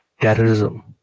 terrorism